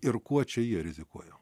ir kuo čia jie rizikuoja